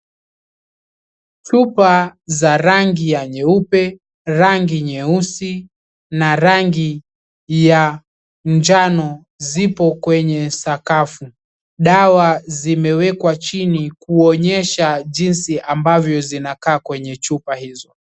Chupa za rangi nyeupe rangi nyeusi na rangi ya njano zipo kwenye sakafu. Dawa zimewekwa chini kuonyesha jinsi ambavyo zinakaa kwenye chupa hizo.